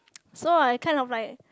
so I kind of like